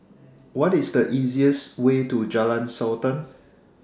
What IS The easiest Way to Jalan Sultan